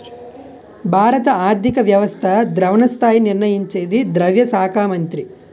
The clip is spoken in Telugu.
భారత ఆర్థిక వ్యవస్థ ద్రవణ స్థాయి నిర్ణయించేది ద్రవ్య శాఖ మంత్రి